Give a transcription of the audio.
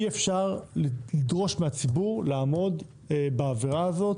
אי אפשר לדרוש מהציבור לעמוד בחובה הזאת